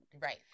Right